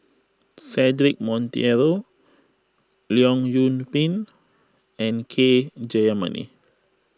Cedric Monteiro Leong Yoon Pin and K Jayamani